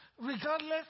Regardless